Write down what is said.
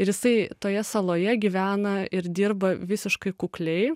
ir jisai toje saloje gyvena ir dirba visiškai kukliai